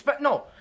No